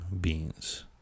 beings